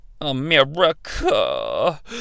America